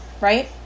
right